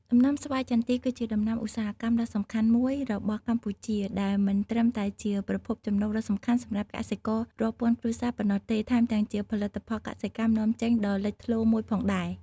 ដំណាំស្វាយចន្ទី គឺជាដំណាំឧស្សាហកម្មដ៏សំខាន់មួយរបស់កម្ពុជា ដែលមិនត្រឹមតែជាប្រភពចំណូលដ៏សំខាន់សម្រាប់កសិកររាប់ពាន់គ្រួសារប៉ុណ្ណោះទេ ថែមទាំងជាផលិតផលកសិកម្មនាំចេញដ៏លេចធ្លោមួយផងដែរ។